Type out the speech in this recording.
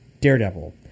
Daredevil